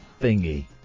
thingy